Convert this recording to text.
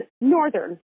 Northern